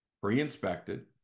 pre-inspected